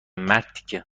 مرتیکه